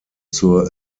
zur